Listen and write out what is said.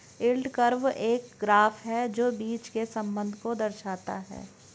yield curve एक graph है जो बीच के संबंध को दर्शाता है